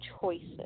choices